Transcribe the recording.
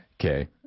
Okay